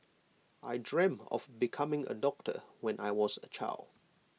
I dreamt of becoming A doctor when I was A child